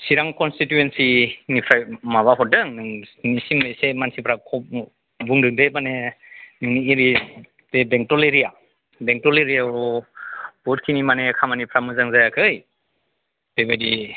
चिरां कनस्टिटुवेनसिनिफ्राय माबा हरदों नोंसिनिथिं एसे मानसिफ्रा खम बुंदोंजे माने नोंनि एरियायाव जे बेंटल एरिया बेंटल एरियायाव बुहुदखिनि माने खामानिफ्रा मोजां जायाखै बेबायदि